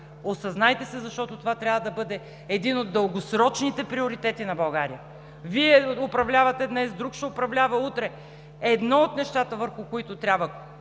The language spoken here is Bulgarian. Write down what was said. Осъзнайте се, защото това трябва да бъде един от дългосрочните приоритети на България. Вие управлявате днес, друг ще управлява утре, едно от нещата, върху които трябва